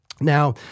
Now